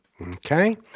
okay